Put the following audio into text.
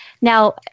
Now